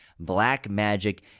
Blackmagic